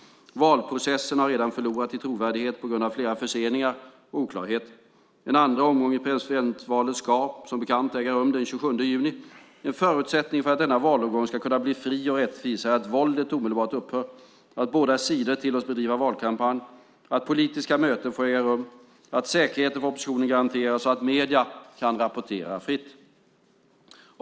Valprocessen har redan förlorat i trovärdighet på grund av flera förseningar och oklarheter. En andra omgång i presidentvalet ska, som bekant, äga rum den 27 juni. En förutsättning för att denna valomgång ska kunna bli fri och rättvis är att våldet omedelbart upphör, att båda sidor tillåts bedriva valkampanj, att politiska möten får äga rum, att säkerheten för oppositionen garanteras och att medier kan rapportera fritt.